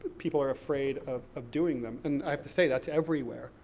people are afraid of of doing them. and i have to say, that's everywhere.